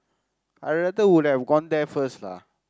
I rather would have gone there first lah